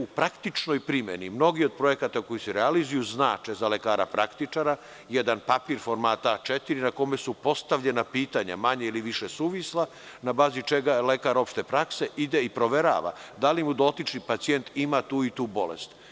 U praktičnoj primeni, mnogi od projekata koji se realizuju znače za lekara praktičara jedan papir formata A4, na kome su postavljena pitanja, manje ili više suvisla, na bazi čega lekar opšte prakse ide i proverava da li dotični pacijent ima tu i tu bolest.